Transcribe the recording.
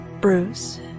Bruce